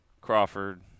Crawford